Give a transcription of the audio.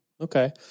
Okay